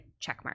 checkmark